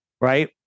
right